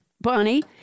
Bonnie